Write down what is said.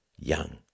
young